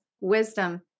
Wisdom